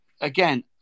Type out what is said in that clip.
again